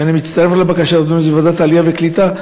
ואני מצטרף לבקשה להעביר את זה לוועדת העלייה והקליטה,